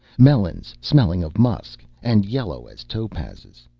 melons, smelling of musk and yellow as topazes,